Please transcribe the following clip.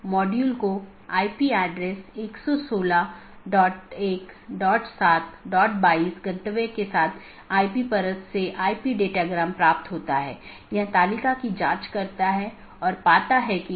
यहां R4 एक स्रोत है और गंतव्य नेटवर्क N1 है इसके आलावा AS3 AS2 और AS1 है और फिर अगला राउटर 3 है